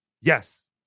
Yes